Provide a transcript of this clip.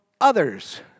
others